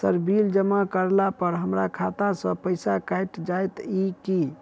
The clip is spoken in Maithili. सर बिल जमा करला पर हमरा खाता सऽ पैसा कैट जाइत ई की?